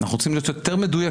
אנחנו רוצים להיות יותר מדויקים.